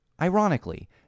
ironically